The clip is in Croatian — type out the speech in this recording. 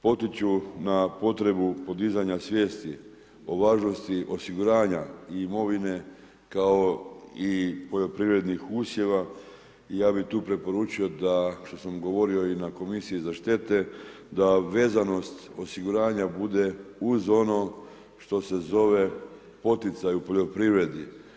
Potiču na potrebu podizanja svijesti o važnosti osiguranja i imovine kao i poljoprivrednih usjeva i ja bih tu preporučio da što sam govorio i na komisiji za štete, da vezanost osiguranja bude uz ono što se zove poticaj u poljoprivredi.